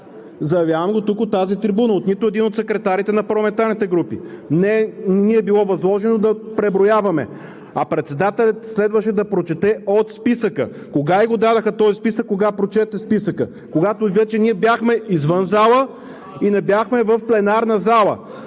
Заявявам от тази трибуна: на нито един от секретарите на парламентарните групи не ни е било възложено да преброяваме. А председателят следваше да прочете от списъка. Кога ѝ го дадоха този списък, кога прочете списъка? Когато вече ние бяхме извън залата и не бяхме в пленарната зала!